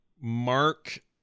Mark